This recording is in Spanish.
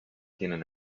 tienen